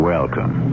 Welcome